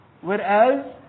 Whereas